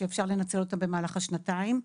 שאפשר לנצל אותם במהלך השנתיים,